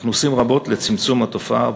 אנחנו עושים רבות לצמצום התופעה,